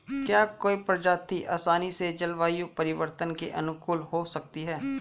क्या कोई प्रजाति आसानी से जलवायु परिवर्तन के अनुकूल हो सकती है?